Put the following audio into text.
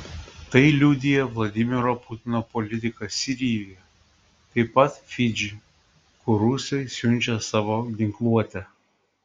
tai liudija vladimiro putino politika sirijoje taip pat fidži kur rusai siunčia savo ginkluotę